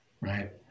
Right